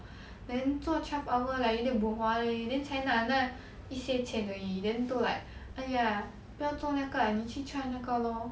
then 做 twelve hour like 有一点 bo hua leh then 钱拿那拿一些钱而已 then 都 like !aiya! 不要做那个 lah 你去 try 那个 lor